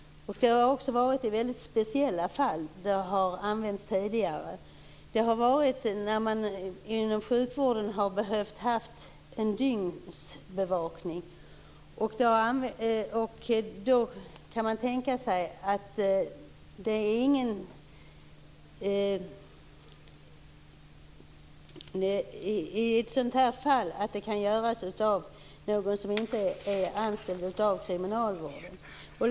Det har också varit i väldigt speciella fall som de har använts tidigare. Det har t.ex. varit när man inom sjukvården har behövt en dygnsbevakning. Man kan då tänka sig att bevakningen i ett sådant fall görs av någon som inte är anställd av kriminalvården.